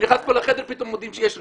אני נכנס פה לחדר ופתאום מודיעים שיש רשימה.